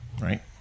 right